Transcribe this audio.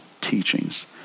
teachings